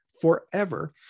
forever